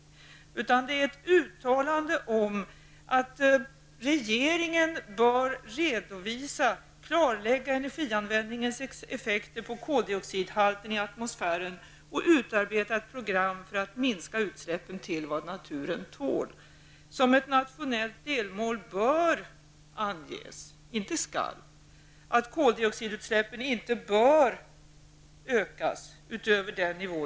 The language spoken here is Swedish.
Uttalandet går ut på att regeringen bör redovisa och klargöra energianvändningens effekter på koldioxidhalten i atmosfären samt utarbeta ett program för att minska utsläppen till vad naturen tål. Som ett nationellt delmål bör -- inte skall -- anges att koldioxidutsläppen inte bör ökas utöver dagens nivå.